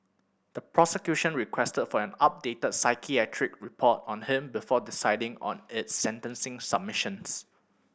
the prosecution requested for an updated psychiatric report on him before deciding on its sentencing submissions